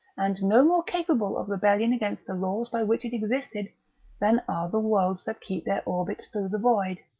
and no more capable of rebellion against the laws by which it existed than are the worlds that keep their orbits through the void.